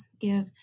give